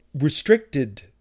restricted